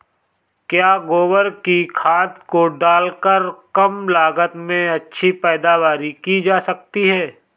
क्या गोबर की खाद को डालकर कम लागत में अच्छी पैदावारी की जा सकती है?